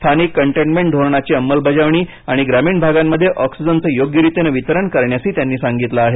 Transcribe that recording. स्थानिक कंटेनमेंट धोरणाची अंमलबजावणी आणि ग्रामीण भागांमध्ये ऑक्सीजनचं योग्य रितीनं वितरण करण्यासही त्यांनी सांगितलं आहे